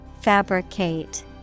Fabricate